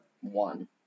One